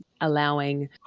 allowing